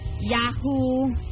Yahoo